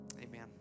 Amen